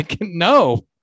no